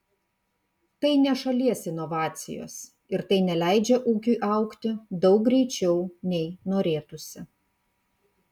tai ne šalies inovacijos ir tai neleidžia ūkiui augti daug greičiau nei norėtųsi